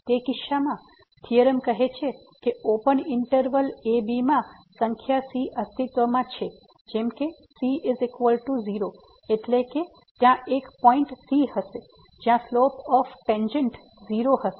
તે કિસ્સામાં થીયોરમ કહે છે કે ઓપન ઈંટરવલ ab માં સંખ્યા c અસ્તિત્વમાં છે જેમ કે 0 એટલે કે ત્યાં એક પોઈન્ટ c હશે જ્યાં સ્લોપ ઓફ ટેંજેન્ટ 0 હશે